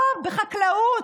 או בחקלאות,